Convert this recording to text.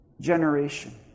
generation